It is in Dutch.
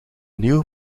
nieuwe